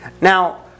Now